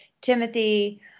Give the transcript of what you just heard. Timothy